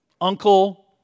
uncle